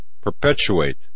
perpetuate